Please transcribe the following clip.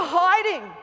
hiding